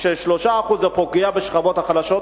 של 3% זה פוגע בשכבות החלשות.